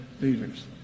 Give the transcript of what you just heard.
leaders